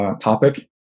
topic